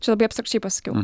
čia labai abstrakčiai paskiau